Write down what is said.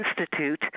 Institute